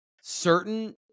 certain